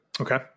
Okay